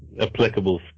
applicable